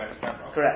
Correct